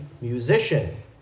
musician